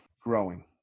growing